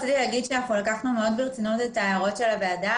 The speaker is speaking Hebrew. רציתי לומר שלקחנו מאוד ברצינות את ההערות של הוועדה